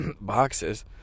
boxes